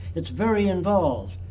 it's very involved.